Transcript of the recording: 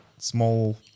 small